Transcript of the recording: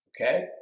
Okay